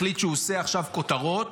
החליט שהוא עושה עכשיו כותרות,